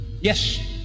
Yes